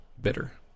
bitter